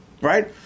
Right